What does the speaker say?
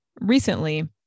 recently